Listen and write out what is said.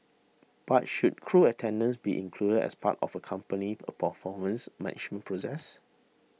but should crew attendance be included as part of a company's a performance management process